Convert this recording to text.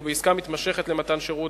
ואילו בעסקה מתמשכת למתן שירות,